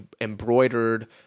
embroidered